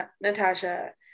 Natasha